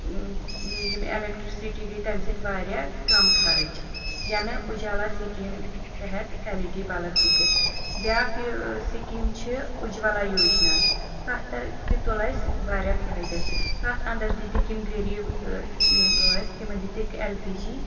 ٲں یِم ایٚلیٚکٹرٛسٹی گٔے تَمہِ سۭتۍ واریاہ کَم خرٕچ یَنہٕ اُجالا سِکیٖم تحت ایٚل ای ڈی بَلب دِتِکھ بیٛاکھ یہِ سِکیٖم چھِ اُجوَلا یوجنا تَتھ تہِ تُل اسہِ واریاہ فٲیدٕ تَتھ اَنٛدر دِتِکھ یِم غریٖب ٲ یِم ٲسۍ تِمَن دِتِکھ ایٚل پی جی